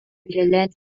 үлэлээн